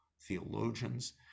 theologians